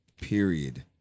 period